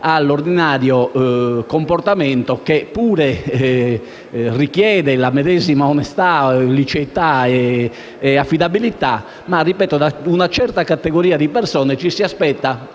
all'ordinario comportamento, che pure richiede la medesima onestà, liceità e affidabilità. Ripeto che, da una certa categoria di persone, ci si aspetta